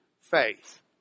faith